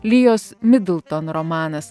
lijos midlton romanas